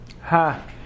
Ha